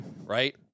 Right